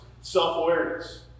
self-awareness